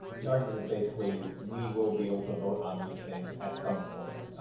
the argument is basically, we will be able to vote on these things at some point.